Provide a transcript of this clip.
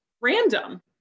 random